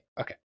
Okay